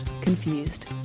Confused